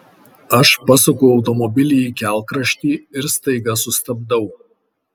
aš pasuku automobilį į kelkraštį ir staiga sustabdau